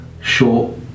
Short